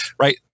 right